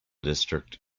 district